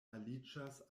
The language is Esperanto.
aliĝas